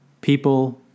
people